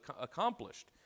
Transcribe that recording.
accomplished